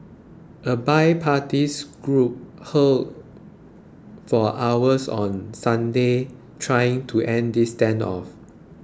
a bi parties group huddled for hours on Sunday trying to end the standoff